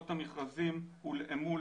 כשעושים חוק ומעבירים אותו,